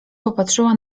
popatrzyła